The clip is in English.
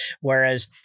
Whereas